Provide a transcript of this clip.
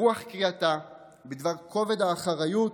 ברוח קריאתה בדבר כובד האחריות,